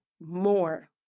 more